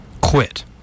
quit